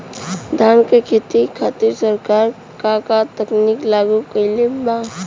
धान क खेती खातिर सरकार का का तकनीक लागू कईले बा?